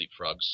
leapfrogs